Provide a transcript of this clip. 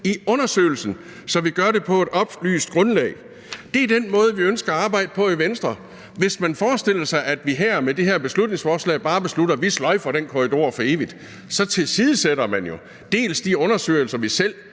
i undersøgelsen, så vi gør det på et oplyst grundlag. Det er den måde, vi ønsker at arbejde på i Venstre. Hvis man forestiller sig, at vi her med det her beslutningsforslag bare beslutter, at vi sløjfer den korridor for evigt, så tilsidesætter man jo dels de undersøgelser, vi selv